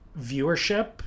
viewership